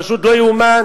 פשוט לא ייאמן.